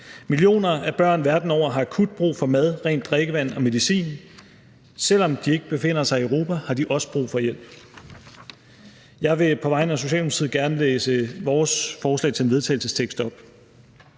Millioner af børn verden over har akut brug for mad, rent drikkevand og medicin. Selv om de ikke befinder sig i Europa, har de også brug for hjælp. Jeg vil på vegne af Socialdemokratiet gerne fremsætte følgende: Forslag til vedtagelse